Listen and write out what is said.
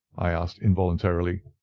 i asked involuntarily.